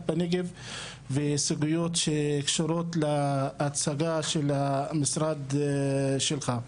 בנגב ולסוגיות שקשורות להצגה של המשרד שלך.